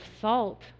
salt